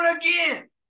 again